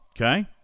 Okay